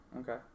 Okay